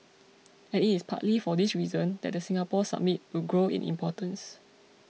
and it is partly for this reason that the Singapore Summit will grow in importance